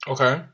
Okay